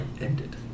ended